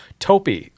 Topi